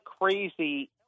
crazy